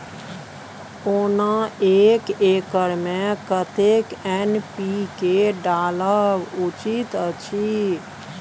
ओना एक एकर मे कतेक एन.पी.के डालब उचित अछि?